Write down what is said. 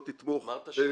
לא תתמוך.